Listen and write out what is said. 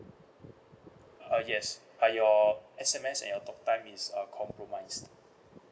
uh yes uh your S_M_S and your talk time is uh compromised